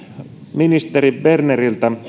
ministeri berneriltä